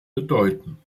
bedeuten